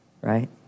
right